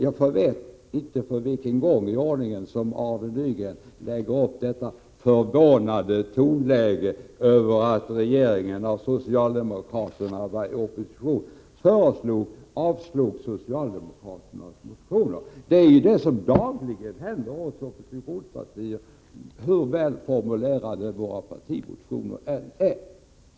Jag vet inte för vilken gång i ordningen som Arne Nygren uttalar förvåning över att de borgerliga partierna avslog socialdemokraternas motioner när socialdemokraterna var i opposition. Det är ju vad som dagligen händer oss i oppositionspartierna, hur välformulerade våra partimotioner än är.